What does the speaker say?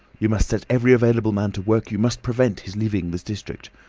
you must set every available man to work you must prevent his leaving this district.